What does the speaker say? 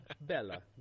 Bella